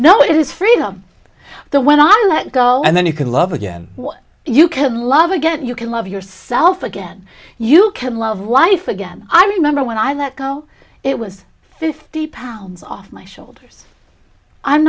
no it is freedom when i let go and then you can love again you can love again you can love yourself again you can love life again i remember when i let go it was fifty pounds off my shoulders i'm